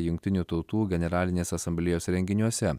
jungtinių tautų generalinės asamblėjos renginiuose